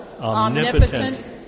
Omnipotent